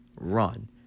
run